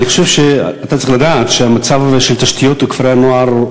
אני חושב שאתה צריך לדעת שמצב התשתיות בכפרי-הנוער,